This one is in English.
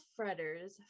Fretters